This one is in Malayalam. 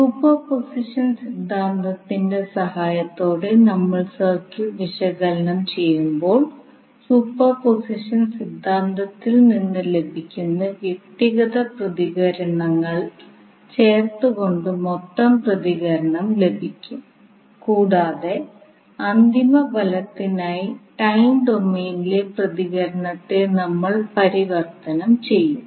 സൂപ്പർപോസിഷൻ സിദ്ധാന്തത്തിന്റെ സഹായത്തോടെ നമ്മൾ സർക്യൂട്ട് വിശകലനം ചെയ്യുമ്പോൾ സൂപ്പർപോസിഷൻ സിദ്ധാന്തത്തിൽ നിന്ന് ലഭിക്കുന്ന വ്യക്തിഗത പ്രതികരണങ്ങൾ ചേർത്തുകൊണ്ട് മൊത്തം പ്രതികരണം ലഭിക്കും കൂടാതെ അന്തിമ ഫലത്തിനായി ടൈം ഡൊമെയ്നിലെ പ്രതികരണത്തെ നമ്മൾ പരിവർത്തനം ചെയ്യും